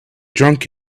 drunk